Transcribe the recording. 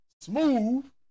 Smooth